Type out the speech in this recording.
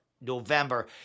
November